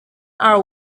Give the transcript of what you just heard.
our